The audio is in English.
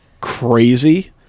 crazy